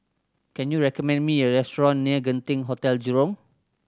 can you recommend me a restaurant near Genting Hotel Jurong